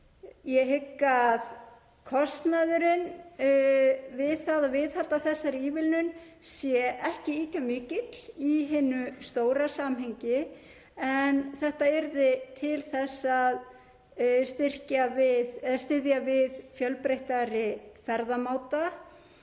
Ég hygg að kostnaðurinn við að viðhalda þessari ívilnun sé ekki ýkja mikill í hinu stóra samhengi en þetta yrði til þess að styðja við fjölbreyttari ferðamáta